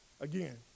Again